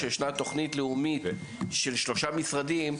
כשיש תוכנית לאומית של שלושה משרדים,